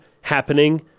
happening